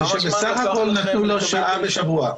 שבסך הכול נתנו לו שעה בשבוע.